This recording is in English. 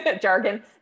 jargon